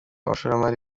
abashoramari